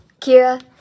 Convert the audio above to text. Kira